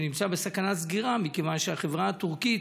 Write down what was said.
שנמצא בסכנת סגירה מכיוון שהחברה הטורקית,